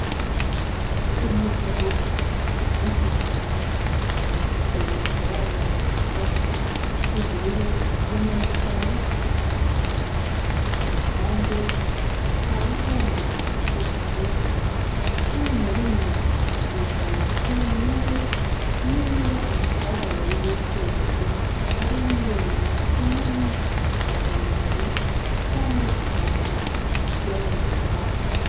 Umugabo wigikara ariguserebura yamabye ishati yubururu yamanitse amaboko abari, kuruhande hariho amagambo agira ati" cumi na rimwe kwi ijana kunyungu niba umashahara wawe wukwezi ari miliyoni imwe na maganabiri cyangwa kumanura byayo mafaranga".